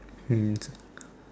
mm